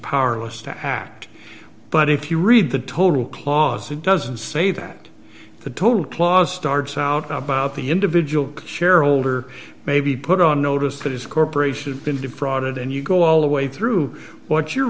powerless to act but if you read the total clause it doesn't say that the total clause starts out about the individual shareholder may be put on notice that his corporation been defrauded and you go all the way through what you're